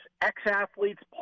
ex-athletes